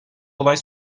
olay